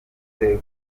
ahanini